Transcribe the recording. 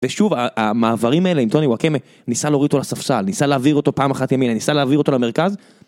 ושוב המעברים האלה עם טוני וואקמא ניסה להוריד אותו לספסל, ניסה להעביר אותו פעם אחת ימינה, ניסה להעביר אותו למרכז